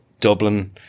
Dublin